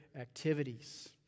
activities